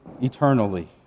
eternally